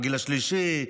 בגיל השלישי,